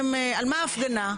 על מה ההפגנה.